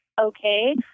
okay